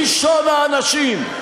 ראשון האנשים.